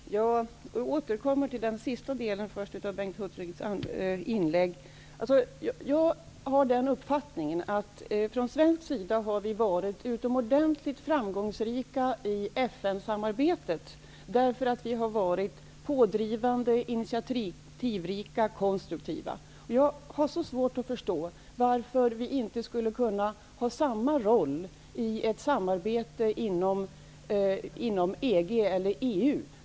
Herr talman! Jag återkommer till den senaste av Bengt Hurtigs frågor. Från svensk sida har vi varit utomordentligt framgångsrika i FN-samarbetet därför att vi har varit pådrivande, initiativrika och konstruktiva. Jag har svårt att förstå varför vi inte skulle kunna spela samma roll i ett samarbete inom EG eller EU.